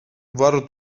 varu